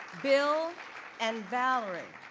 bill and valerie